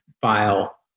file